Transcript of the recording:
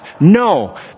No